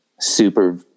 super